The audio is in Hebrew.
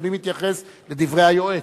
אדוני מתייחס לדברי היועץ.